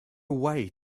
way